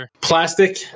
Plastic